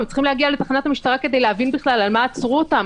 הם צריכים להגיע לתחנת המשטרה כדי להבין בכלל על מה עצרו אותם.